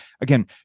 again